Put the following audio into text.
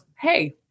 Hey